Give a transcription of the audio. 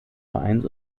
vereins